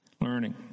learning